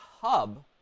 hub